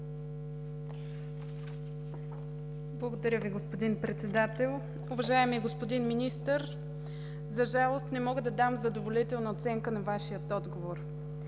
Благодаря Ви, господин Председател. Уважаеми господин Министър, за жалост не мога да дам задоволителна оценка на Вашия отговор.